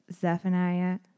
Zephaniah